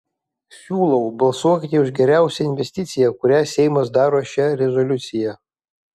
siūlau balsuokite už geriausią investiciją kurią seimas daro šia rezoliucija